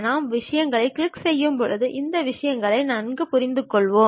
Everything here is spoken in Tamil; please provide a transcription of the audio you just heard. நாம் விஷயங்களைக் கிளிக் செய்யும்போது இந்த விஷயங்களை நன்கு புரிந்துகொள்வோம்